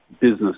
business